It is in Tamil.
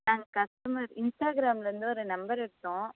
நாங்கள் கஸ்டமர் இன்ஸ்டாகிராமில் இருந்து ஒரு நம்பர் எடுத்தோம்